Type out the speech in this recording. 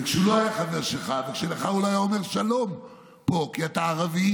כשהוא לא היה חבר שלך וכשלך הוא לא היה אומר שלום פה כי אתה ערבי,